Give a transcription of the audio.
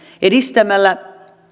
edistämällä